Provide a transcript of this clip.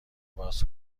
باز